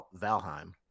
Valheim